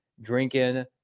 drinking